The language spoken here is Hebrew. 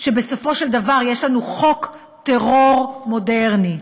שבסופו של דבר יש לנו חוק טרור מודרני,